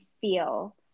feel